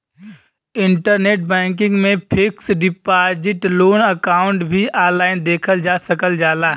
internet banking में fixed deposit loan account भी online देखल जा सकल जाला